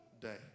day